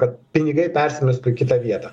kad pinigai persimestų į kitą vietą